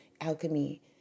alchemy